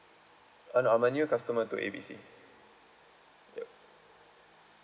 uh no I'm a new customer to A B C yup